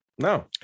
No